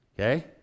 okay